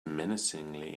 menacingly